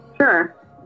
Sure